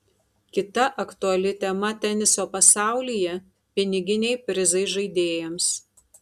kita aktuali tema teniso pasaulyje piniginiai prizai žaidėjams